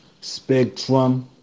spectrum